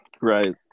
Right